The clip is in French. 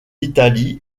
italie